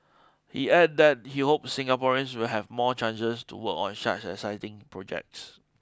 he added that he hopes Singaporeans will have more chances to work on such exciting projects